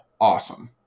Awesome